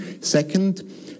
Second